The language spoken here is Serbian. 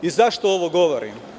Zašto ovo govorim?